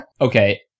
Okay